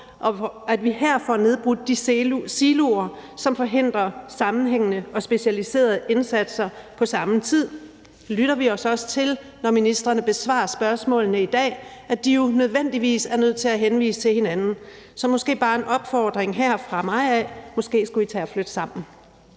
og at vi her får nedbrudt de siloer, som forhindrer sammenhængende og specialiserede indsatser. Samtidig lytter vi os også til, når ministrene besvarer spørgsmålene i dag, at de jo nødvendigvis er nødt til at henvise til hinanden. Så måske skal der bare lyde en opfordring her fra mig: Måske skulle I tage at flytte sammen.